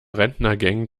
rentnergang